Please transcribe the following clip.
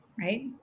right